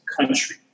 country